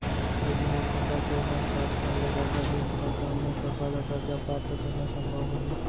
यदि मोर कका के उमर साठ साल ले जादा हे त का मोर कका ला कर्जा प्राप्त करना संभव होही